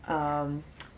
um